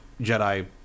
Jedi